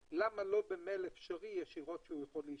למה הוא לא יכול לשלוח המייל ישירות שהוא רוצה להישפט.